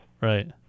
Right